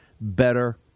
better